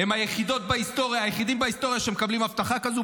הם היחידים בהיסטוריה שמקבלים אבטחה כזאת,